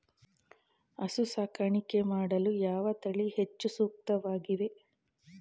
ಹಸು ಸಾಕಾಣಿಕೆ ಮಾಡಲು ಯಾವ ತಳಿ ಹೆಚ್ಚು ಸೂಕ್ತವಾಗಿವೆ?